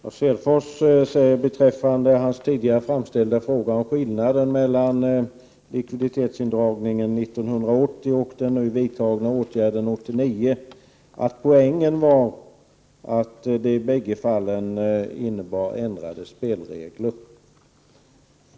Fru talman! Lars Hedfors säger beträffande sin tidigare framställda fråga om skillnaden mellan likviditetsindragningen 1980 och den nu vidtagna åtgärden 1989 att poängen i båda fallen var ändrade spelregler.